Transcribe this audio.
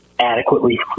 adequately